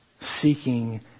seeking